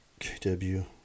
KW